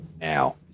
now